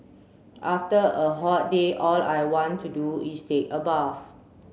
after a hot day all I want to do is take a bath